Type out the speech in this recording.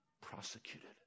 prosecuted